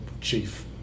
chief